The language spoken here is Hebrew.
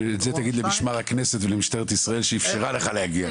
את זה תגיד למשמר הכנסת ולמשטרת ישראל שאפשרה לך להגיע.